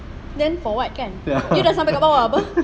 then for what kan you dah sampai dekat bawah apa